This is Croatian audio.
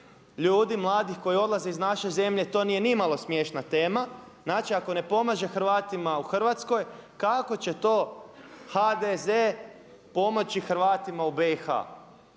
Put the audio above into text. ljudi mladi koji odlaze iz naše zemlje to nije nimalo smiješna tema, znači ako ne pomaže Hrvatima u Hrvatskoj kako će to HDZ pomoći Hrvatima u BIH?